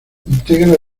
integra